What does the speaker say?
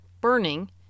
burning